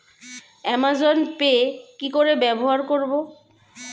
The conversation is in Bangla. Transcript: অ্যামাজন পে কি করে ব্যবহার করব?